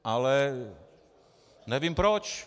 Ale nevím proč.